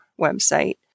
website